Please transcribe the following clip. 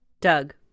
Doug